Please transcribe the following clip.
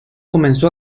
comenzó